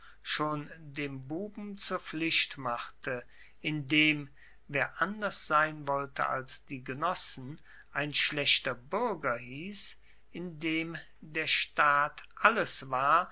schon dem buben zur pflicht machte in dem wer anders sein wollte als die genossen ein schlechter buerger hiess in dem der staat alles war